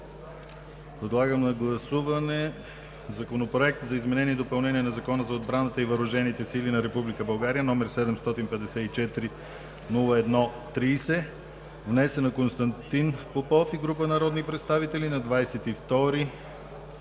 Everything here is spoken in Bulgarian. Подлагам на гласуване Законопроект за изменение и допълнение на Закона за отбраната и въоръжените сили на Република България, № 754-01-30, внесен от Константин Попов и група народни представители на 22